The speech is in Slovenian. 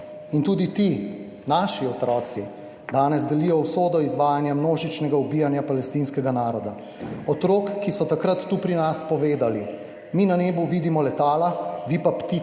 in tudi ti naši otroci danes delijo usodo izvajanja množičnega ubijanja palestinskega naroda, otrok, ki so takrat tu pri nas povedali: »Mi na nebu vidimo letala, vi pa ptice.«